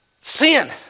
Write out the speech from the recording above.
Sin